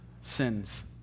sins